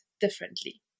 differently